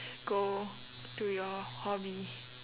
go do your hobby